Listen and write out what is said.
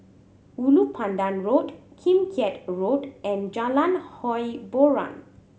Ulu Pandan Road Kim Keat Road and Jalan Hiboran